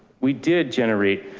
we did generate,